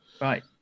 right